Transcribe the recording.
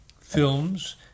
films